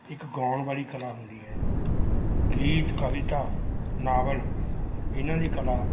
ਇੱਕ ਗਾਉਣ ਵਾਲੀ ਕਲਾ ਹੁੰਦੀ ਹੈ ਗੀਤ ਕਵਿਤਾ ਨਾਵਲ ਇਹਨਾਂ ਦੀ ਕਲਾ